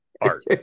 art